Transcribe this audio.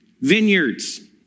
Vineyards